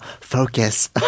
focus